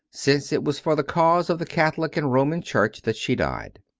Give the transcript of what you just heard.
since it was for the cause of the catholic and roman church that she died.